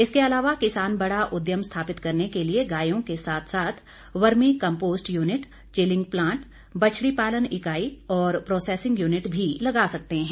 इसके अलावा किसान बड़ा उद्यम स्थापित करने के लिए गायों के साथ साथ vermicompost unit chilling plant बछड़ी पालन इकाई और प्रोसेसिंग यूनिट भी लगा सकते हैं